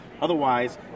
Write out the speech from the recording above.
Otherwise